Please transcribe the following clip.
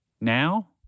Now